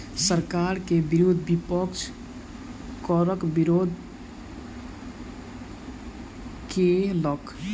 सरकार के विरुद्ध विपक्ष करक विरोध केलक